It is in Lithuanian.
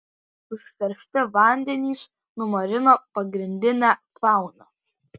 užteršti vandenys numarino pagrindinę fauną